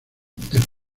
del